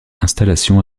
installations